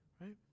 right